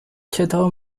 کتاب